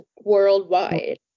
worldwide